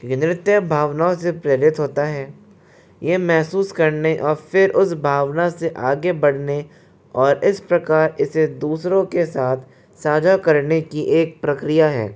नृत्य भावनाओं से प्रेरित होता है यह महसूस करने और फिर उस भावना से आगे बढ़ने और इस प्रकार इसे दूसरों के साथ साझा करने कि एक प्रक्रिया है